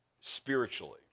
spiritually